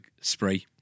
spray